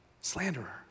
slanderer